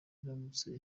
iramutse